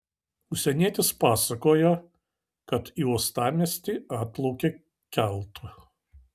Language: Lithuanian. užsienietis pasakojo kad į uostamiestį atplaukė keltu